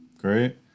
great